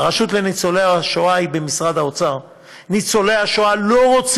הרשות לניצולי השואה היא במשרד האוצר.